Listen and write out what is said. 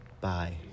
bye